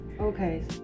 Okay